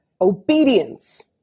obedience